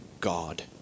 God